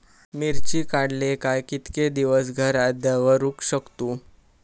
मिर्ची काडले काय कीतके दिवस घरात दवरुक शकतू?